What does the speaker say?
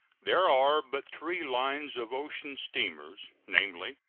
there are but three lines of ocean steamers namely,